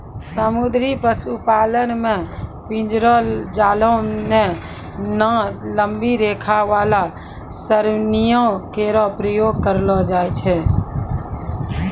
समुद्री पशुपालन म पिंजरो, जालों नै त लंबी रेखा वाला सरणियों केरो प्रयोग करलो जाय छै